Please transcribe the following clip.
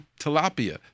tilapia